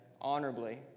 honorably